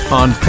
on